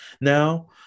now